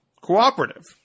cooperative